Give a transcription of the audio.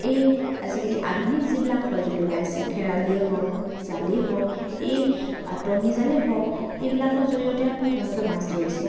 এই আজিকালি আধুনিক যিবিলাক সঁজুলি ওলাইছে খেৰালিয়ে হওক জালেই হওক এই টঙি জালেই হওক এইবিলাকৰ জৰিয়তে তেওঁলোকে মাছ ধৰিছে